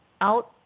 out